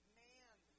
man